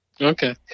Okay